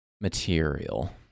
material